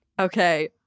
Okay